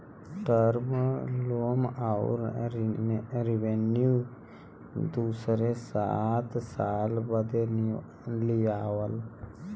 term loan अउर revenue दू से सात साल बदे लिआला